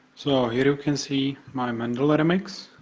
so here you can see my mendel ah remix.